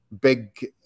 big